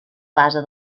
base